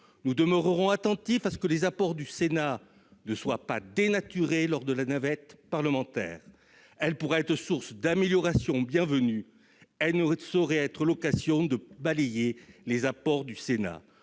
Nous demeurerons attentifs à ce que les apports du Sénat ne soient pas dénaturés lors de la navette parlementaire qui pourrait être source d'améliorations bienvenues, mais qui ne saurait être l'occasion de balayer les apports de notre